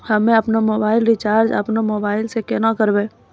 हम्मे आपनौ mobile recharge आपनौ मोबाइल से केना करवै?